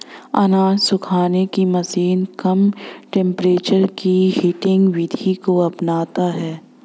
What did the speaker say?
अनाज सुखाने की मशीन कम टेंपरेचर की हीटिंग विधि को अपनाता है